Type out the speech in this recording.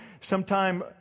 sometime